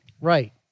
Right